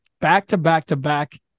back-to-back-to-back